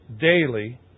daily